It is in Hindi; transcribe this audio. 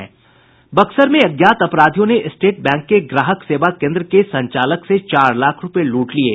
बक्सर में अज्ञात अपराधियों ने स्टेट बैंक के ग्राहक सेवा केन्द्र के संचालक से चार लाख रूपये लूट लिये